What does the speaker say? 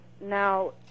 now